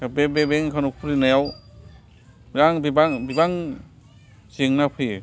बे bank account खुलिनायाव गोबां बिबां जेंना फैयो